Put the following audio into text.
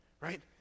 right